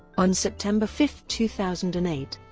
on september five, two thousand and eight,